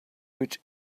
which